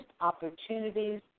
opportunities